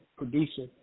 producer